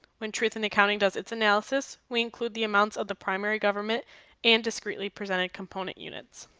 when truth in accounting does its analysis, we include the amounts of the primary government and discreetly presented component units.